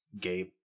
Gabe